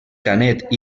canet